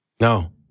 No